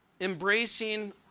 embracing